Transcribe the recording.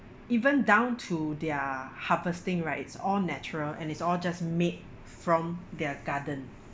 even down to their harvesting right it's all natural and it's all just made from their garden